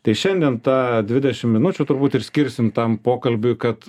tai šiandien tą dvidešim minučių turbūt ir skirsim tam pokalbiui kad